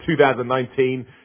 2019